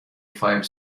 five